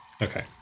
Okay